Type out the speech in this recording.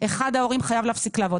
אחד ההורים חייב להפסיק לעבוד.